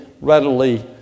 readily